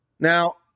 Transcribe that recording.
Now